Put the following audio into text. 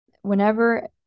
whenever